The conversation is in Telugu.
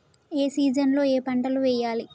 ఏ సీజన్ లో ఏం పంటలు వెయ్యాలి?